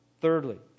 Thirdly